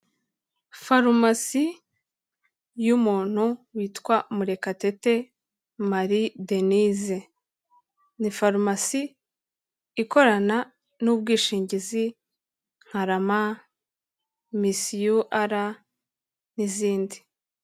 Farumasi y'umuntu witwa Murekatete Marie Denise, ni farumasi ikorana n'ubwishingizi nka RAMA, MISIUR n'izindi.